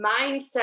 mindset